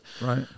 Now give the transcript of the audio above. Right